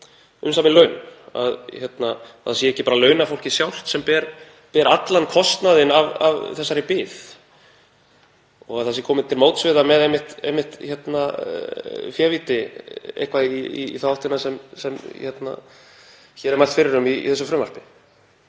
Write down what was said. umsamin laun, að það sé ekki bara launafólkið sjálft sem ber allan kostnaðinn af þessari bið og að það sé komið til móts við það með einmitt févíti, eitthvað í þá átt sem mælt er fyrir um í þessu frumvarpi?